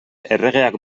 erregeak